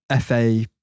FA